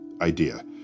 idea